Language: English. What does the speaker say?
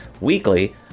weekly